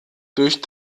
durch